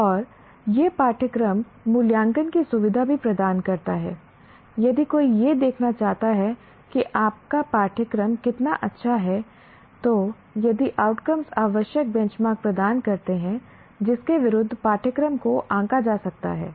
और यह पाठ्यक्रम मूल्यांकन की सुविधा भी प्रदान करता है यदि कोई यह देखना चाहता है कि आपका पाठ्यक्रम कितना अच्छा है तो यदि आउटकम्स आवश्यक बेंचमार्क प्रदान करते हैं जिसके विरुद्ध पाठ्यक्रम को आंका जा सकता है